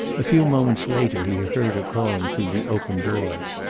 a few moments later he heard her calling through the open door.